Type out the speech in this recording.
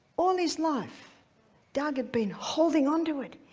all his life doug had been holding onto it.